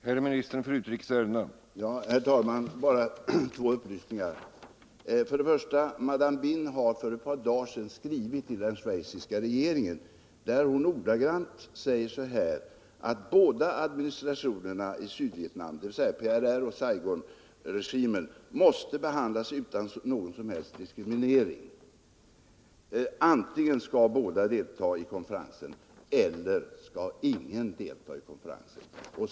Herr talman! Bara två upplysningar. För det första: Madame Bihn har för ett par dagar sedan skrivit ett brev till den schweiziska regeringen där hon ordagrant säger: Båda administrationerna i Sydvietnam, dvs. PRR och Saigonregimen, måste behandlas utan någon som helst diskriminering: antingen måste båda delta i konferensen eller också ingen.